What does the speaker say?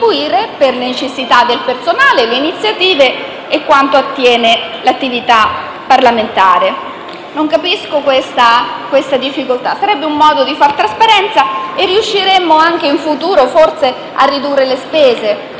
alle necessità del personale, alle iniziative e a quanto attiene all'attività parlamentare. Non capisco la difficoltà, perché sarebbe un modo di fare trasparenza e di riuscire anche, in futuro, forse, a ridurre le spese.